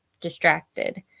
distracted